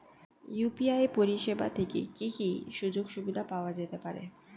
UPI পরিষেবা থেকে কি কি সুযোগ সুবিধা পাওয়া যেতে পারে?